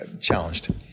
challenged